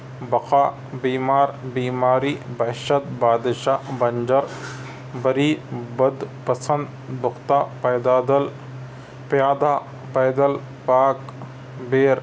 بقا بیمار بیماری بہشت بادشاہ بنجر بری بد پسند پختہ پیدا دل پیادہ پیدل پاک بیر